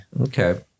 Okay